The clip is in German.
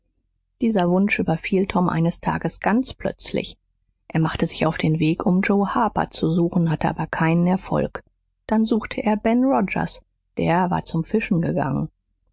dieser wunsch überfiel tom eines tages ganz plötzlich er machte sich auf den weg um joe harper zu suchen hatte aber keinen erfolg dann suchte er ben rogers der war zum fischen gegangen